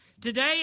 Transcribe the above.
Today